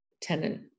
tenant